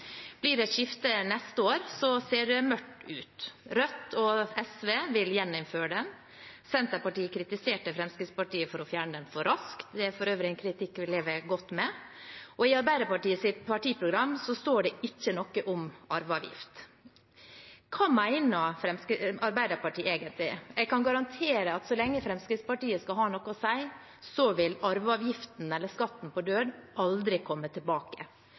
Blir det skifte neste år, ser det mørkt ut. Rødt og SV vil gjeninnføre den, Senterpartiet kritiserte Fremskrittspartiet for å fjerne den for raskt, en kritikk vi for øvrig lever godt med, og i Arbeiderpartiets partiprogram står det ikke noe om arveavgift. Hva mener Arbeiderpartiet egentlig? Jeg kan garantere at så lenge Fremskrittspartiet har noe å si, vil arveavgiften, eller skatten på død, aldri komme tilbake.